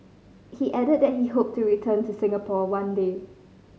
he added that he hoped to return to Singapore one day